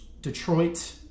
Detroit